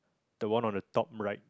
the one on the top right